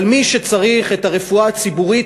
אבל מי שצריך את הרפואה הציבורית,